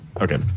Okay